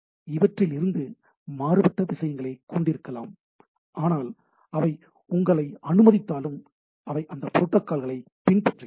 நாம் இவற்றிலிருந்து மாறுபட்ட விஷயங்களைக் கொண்டிருக்கலாம் ஆனால் அவை உங்களை அனுமதித்தாலும் அவை அந்த ப்ரோட்டோகால் களை பின்பற்றுகின்றன